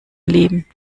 leben